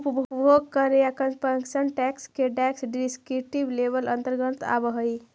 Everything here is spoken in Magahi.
उपभोग कर या कंजप्शन टैक्स भी टैक्स के डिस्क्रिप्टिव लेबल के अंतर्गत आवऽ हई